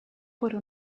corre